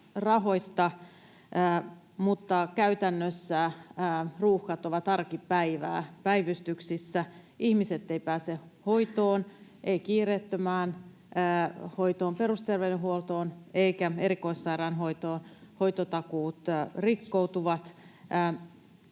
mutta käytännössä ruuhkat ovat arkipäivää. Päivystyksissä ihmiset eivät pääse hoitoon, eivät kiireettömään hoitoon perusterveydenhuoltoon eivätkä erikoissairaanhoitoon. Hoitotakuut rikkoutuvat.